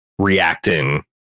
reacting